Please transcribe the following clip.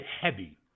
heavy